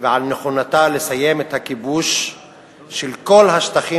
ולהודיע על נכונותה לסיים את הכיבוש של כל השטחים